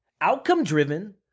outcome-driven